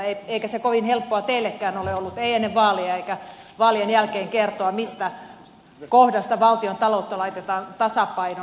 eikä se kovin helppoa teillekään ole ollut ei ennen vaaleja eikä vaalien jälkeen kertoa mistä kohdasta valtiontaloutta laitetaan tasapainoon